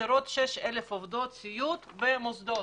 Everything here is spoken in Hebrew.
חסרות 6,00 עובדות סיעוד במוסדות.